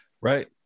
Right